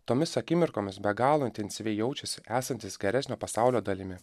tomis akimirkomis be galo intensyviai jaučiasi esantys geresnio pasaulio dalimi